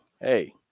hey